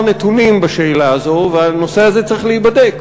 נתונים בשאלה הזו והנושא הזה צריך להיבדק.